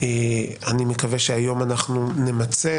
אנחנו נמצה.